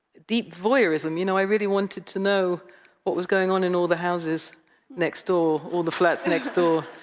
deep voyeurism, you know? i really wanted to know what was going on in all the houses next door, all the flats next door.